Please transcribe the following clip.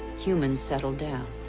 humans settled down.